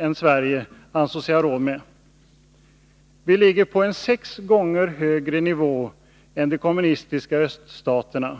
än Sverige, ansåg sig ha råd med. Vi ligger på en sex gånger högre nivå än de kommunistiska öststaterna.